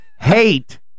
hate